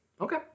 Okay